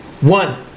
One